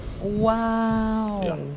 Wow